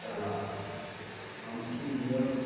ᱪᱟᱞᱟᱜᱼᱟ ᱟᱢ ᱠᱤ ᱱᱤᱭᱟᱹ